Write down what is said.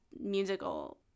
musical